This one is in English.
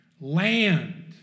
land